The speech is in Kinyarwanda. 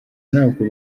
ntabwo